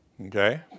okay